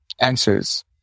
answers